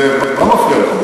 חבר הכנסת זאב, מה מפריע לך?